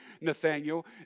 Nathaniel